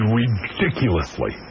ridiculously